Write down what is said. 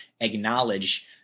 acknowledge